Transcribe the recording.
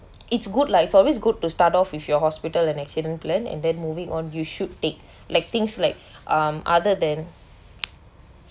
it's good lah it's always good to start off with your hospital and accident plan and then moving on you should take like things like um other than